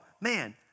man